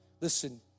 Listen